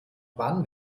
wann